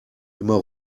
immer